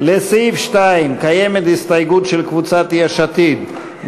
לסעיף 2 קיימת הסתייגות של קבוצת יש עתיד,